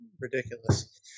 ridiculous